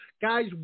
Guys